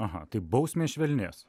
aha tai bausmės švelnės